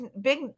big